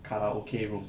karaoke room